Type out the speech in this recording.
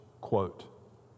quote